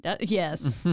yes